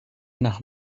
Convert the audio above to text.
nach